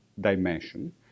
dimension